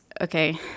okay